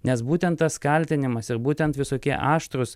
nes būtent tas kaltinimas ir būtent visokie aštrūs